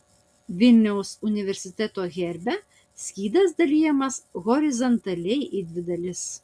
vu herbe skydas dalijamas horizontaliai į dvi dalis